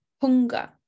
hunger